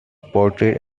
portrayed